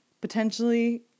potentially